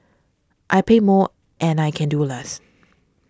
I pay more and I can do less